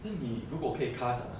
then 你如果可以 cast ah